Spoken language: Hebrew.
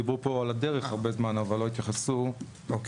דיברו פה על הדרך הרבה זמן, אבל לא התייחסו לסעיף